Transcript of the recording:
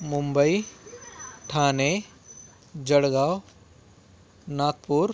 Mumbai Thane Jalgaon Nagpur